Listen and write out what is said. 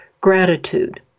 gratitude